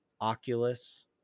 Oculus